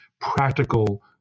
practical